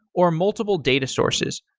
or multiple data sources.